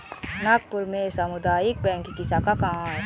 नागपुर में सामुदायिक बैंक की शाखा कहाँ है?